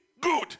good